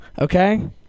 Okay